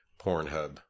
Pornhub